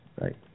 Right